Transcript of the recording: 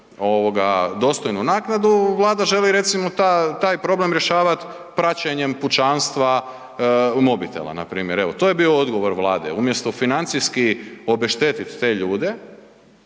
imati dostojnu naknadu, Vlada želi recimo taj problem rješavati praćenjem pučanstva i mobitela npr. Evo, to je bio odgovor Vlade umjesto financijski obeštetit te ljude,